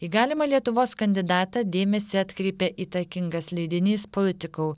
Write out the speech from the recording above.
į galimą lietuvos kandidatą dėmesį atkreipė įtakingas leidinys politikal